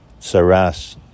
Saras